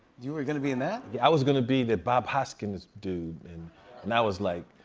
you were going to be in that? yeah, i was going to be the bob hoskins dude. and and i was like,